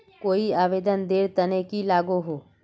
कोई आवेदन नेर तने की लागोहो?